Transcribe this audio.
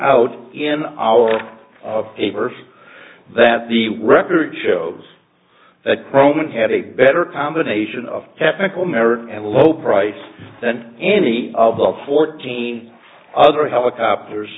out in our paper that the record shows that roman had a better combination of chemical merit and low price than any of the fourteen other helicopters